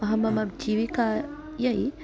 अहं मम जीविकायां